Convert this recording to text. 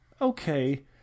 Okay